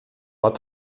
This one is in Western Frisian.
wat